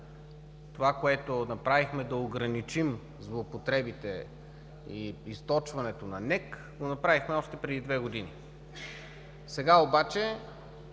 Това, което направихме, да ограничим злоупотребите и източването на НЕК, го направихме още преди две години. Сега обаче